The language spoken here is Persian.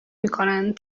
میکنند